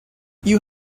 you